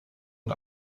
und